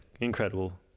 Incredible